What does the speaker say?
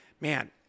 man